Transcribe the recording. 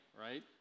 right